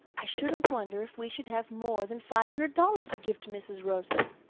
i shouldn't wonder if we should have more than five hundred dollars to give to mrs. rosa.